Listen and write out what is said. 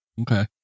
Okay